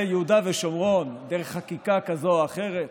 יהודה ושומרון דרך חקיקה כזאת או אחרת?